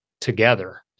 together